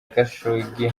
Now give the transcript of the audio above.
khashoggi